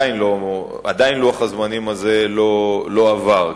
ועדיין לוח הזמנים הזה לא עבר.